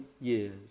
years